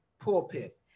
pulpit